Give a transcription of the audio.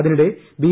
അതിനിടെ ബി